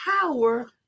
power